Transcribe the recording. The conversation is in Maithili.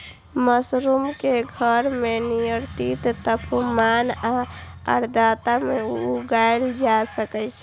मशरूम कें घर मे नियंत्रित तापमान आ आर्द्रता मे उगाएल जा सकै छै